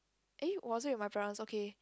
eh was it with my parents okay